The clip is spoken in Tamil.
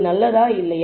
நல்லதா இல்லையா